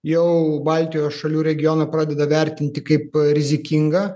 jau baltijos šalių regioną pradeda vertinti kaip rizikingą